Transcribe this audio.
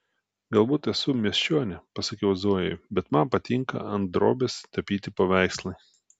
galbūt esu miesčionė pasakiau zojai bet man patinka ant drobės tapyti paveikslai